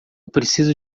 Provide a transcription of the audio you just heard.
preciso